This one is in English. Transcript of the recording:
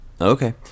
Okay